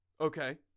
Okay